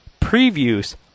previews